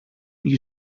you